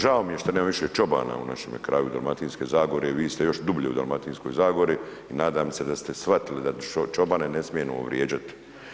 Žao mi je što nema više čobana u našemu kraju Dalmatinske zagore vi ste još dublje u Dalmatinskoj zagori i nadam ste da ste shvatili da čobane ne smijemo vrijeđat.